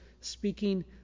speaking